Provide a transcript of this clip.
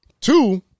Two